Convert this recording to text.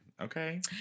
Okay